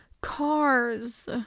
cars